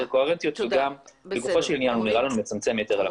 קוהרנטיות וגם לגופו של עניין הוא נראה לנו מצמצם יתר על המידה.